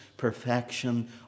perfection